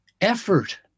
effort